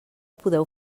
podeu